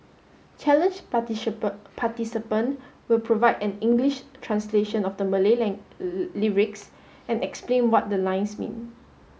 challenge participant will provide an English translation of the Malay lyrics and explain what the lines mean